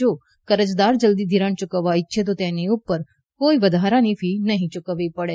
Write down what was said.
જો કરજદાર જલદી ધિરાણ યુકવવા ઇચ્છે તો તેની ઉપર કોઇ વધારાની ફી નહી ચૂકવવી પડે